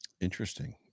Interesting